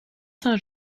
saint